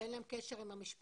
שאין להם קשר עם המשפחה.